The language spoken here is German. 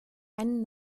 einen